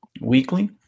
weekly